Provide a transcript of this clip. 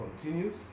continues